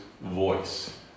voice